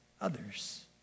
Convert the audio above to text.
others